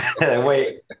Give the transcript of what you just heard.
Wait